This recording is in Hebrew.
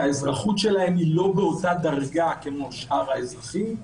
שהאזרחות שלהם היא לא באותה דרגה כמו שאר האזרחים.